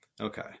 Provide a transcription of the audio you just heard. Okay